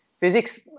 Physics